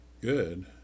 good